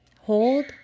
Hold